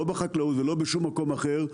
לא בחקלאות ולא בשום מקום אחר,